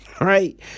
right